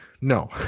no